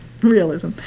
Realism